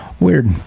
weird